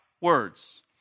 Words